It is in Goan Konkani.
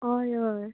हय हय